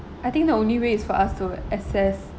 I think the only way is for us to assess